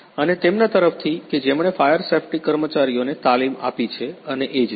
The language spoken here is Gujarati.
અને તેમના તરફથી કે જેમણે ફાયર સેફ્ટી કર્મચારીઓને તાલીમ આપી છે અને એ જ રીતે